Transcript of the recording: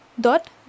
dot